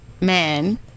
man